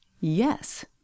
Yes